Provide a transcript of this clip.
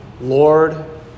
Lord